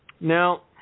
Now